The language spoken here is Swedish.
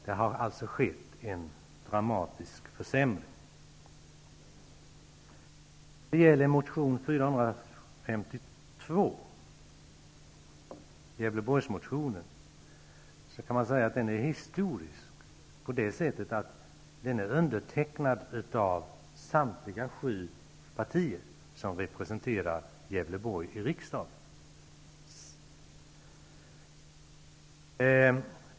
Det har skett en dramatisk försämring. Man kan säga att motion A452 om Gävleborgs län är historisk på det sättet att den är undertecknad av samtliga sju partier som representerar Gävleborgs län i riksdagen.